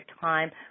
time